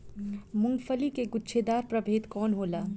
मूँगफली के गुछेदार प्रभेद कौन होला?